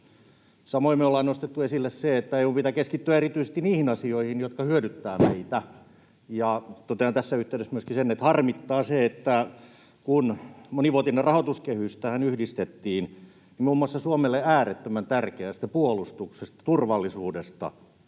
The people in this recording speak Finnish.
Samoin me ollaan nostettu esille se, että EU:n pitää keskittyä erityisesti niihin asioihin, jotka hyödyttävät meitä. Totean tässä yhteydessä myöskin sen, että harmittaa, että kun monivuotinen rahoituskehys tähän yhdistettiin, niin muun muassa Suomelle äärettömän tärkeistä puolustuksesta, turvallisuudesta